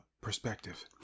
perspective